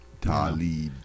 Talib